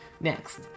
Next